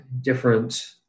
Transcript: different